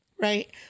right